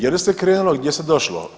Jel' se krenulo, gdje se došlo?